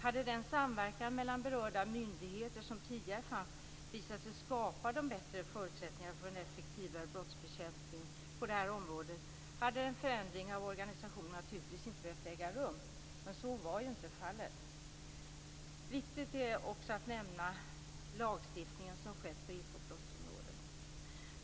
Hade den samverkan mellan berörda myndigheter som tidigare fanns visat sig skapa de bättre förutsättningarna för en effektivare brottsbekämpning på det här området hade en förändring av organisationen naturligtvis inte behövt äga rum, men så var ju inte fallet. Viktigt att nämna är också den lagstiftning som har skett på ekobrottsområdet.